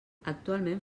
actualment